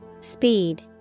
Speed